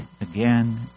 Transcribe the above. again